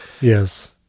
Yes